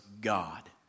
God